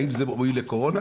האם זה ראוי לקורונה,